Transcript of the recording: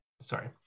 sorry